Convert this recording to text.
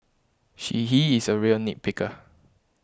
she he is a real nit picker